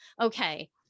okay